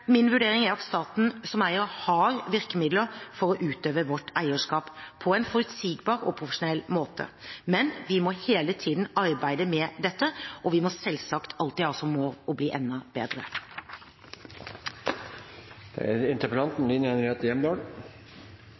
Min vurdering er at staten som eier har virkemidler for å utøve sitt eierskap på en forutsigbar og profesjonell måte. Men vi må hele tiden arbeide med dette, og vi må selvsagt alltid ha som mål å bli enda bedre. Takk for svaret. Ja, det er